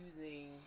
using